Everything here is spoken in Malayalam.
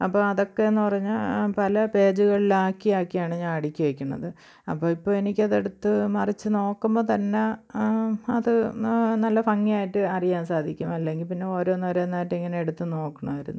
അപ്പോൾ അതൊക്കെ എന്നു പറഞ്ഞാൽ പല പേജുകളിലാക്കി ആക്കിയാണ് ഞാൻ അടുക്കി വയ്ക്കുന്നത് അപ്പോൾ ഇപ്പോൾ എനിക്ക് അതെടുത്ത് മറിച്ച് നോക്കുമ്പം തന്നെ അത് നല്ല ഭംഗി ആയിട്ടറിയാന് സാധിക്കും അല്ലെങ്കിപ്പിന്നോരോന്നോരോന്നായിട്ടിങ്ങനെ എടുത്തുനോക്കണവാര്ന്ന്